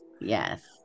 Yes